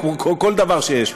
או כל דבר שיש פה,